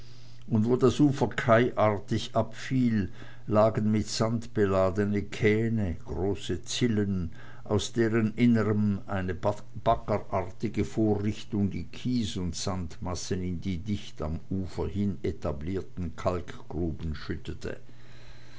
und wo das ufer quaiartig abfiel lagen mit sand beladene kähne große zillen aus deren innerem eine baggerartige vorrichtung die kies und sandmassen in die dicht am ufer hin etablierten kalkgruben schüttete